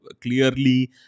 clearly